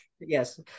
yes